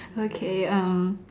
okay um